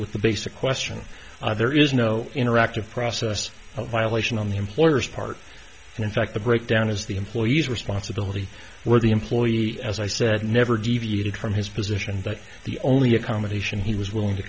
with the basic question there is no interactive process a violation on the employer's part and in fact the breakdown is the employee's responsibility where the employee as i said never deviated from his position that the only accommodation he was willing to